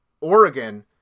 Oregon